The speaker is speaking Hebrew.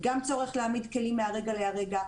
גם צורך להעמיד כלים מרגע לרגע,